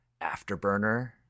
Afterburner